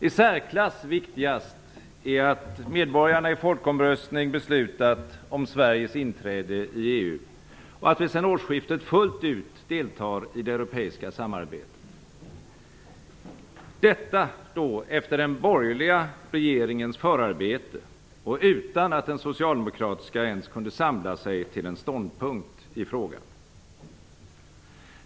I särklass viktigast är att medborgarna i folkomröstning beslutat om Sveriges inträde i EU och att vi sedan årsskiftet deltar fullt ut i det europeiska samarbetet - detta efter den borgerliga regeringens förarbete och utan att den socialdemokratiska ens kunde samla sig till en ståndpunkt i frågan.